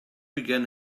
began